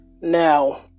Now